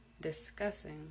Discussing